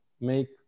make